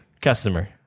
customer